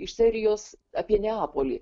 iš serijos apie neapolį